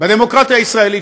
בדמוקרטיה הישראלית,